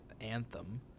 anthem